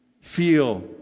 feel